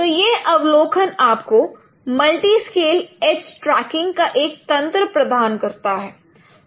तो यह अवलोकन आपको मल्टी स्केल एज ट्रैकिंग का एक तंत्र प्रदान करता है